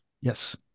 Yes